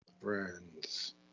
friends